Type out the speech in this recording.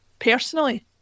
personally